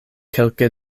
kelke